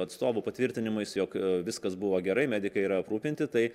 atstovų patvirtinimais jog viskas buvo gerai medikai yra aprūpinti tai